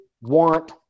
want